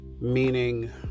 Meaning